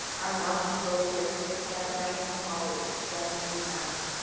our mountain pose here. so we stand up nice and tall. we extend through the crown.